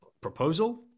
proposal